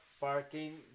parking